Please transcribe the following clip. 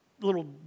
little